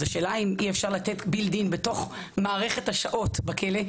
אז השאלה האם אי אפשר לתת בילד-אין בתוך מערכת השעות בכלא,